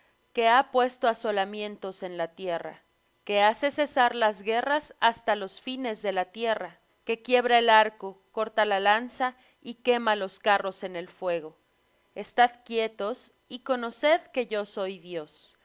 que ha puesto asolamientos en la tierra que hace cesar las guerras hasta los fines de la tierra que quiebra el arco corta la lanza y quema los carros en el fuego estad quietos y conoced que yo soy dios